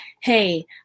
hey